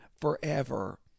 forever